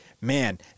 man